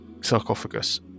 sarcophagus